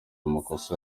amakosa